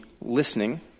listening